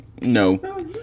no